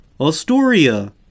Astoria